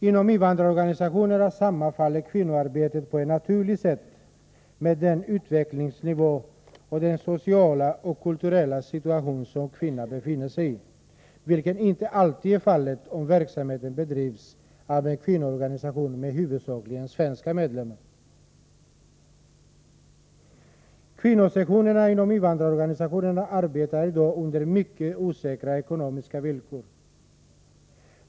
Inom invandrarorganisationerna sammanfaller kvinnoarbetet på ett naturligt sätt med den utvecklingsnivå och den sociala och kulturella situation som kvinnan befinner sig i, vilket inte alltid är fallet om verksamheten bedrivs av en kvinnoorganisation med huvudsakligen svenska medlemmar. Kvinnosektionerna inom invandrarorganisationerna arbetar i dag under mycket osäkra ekonomiska villkor.